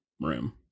Room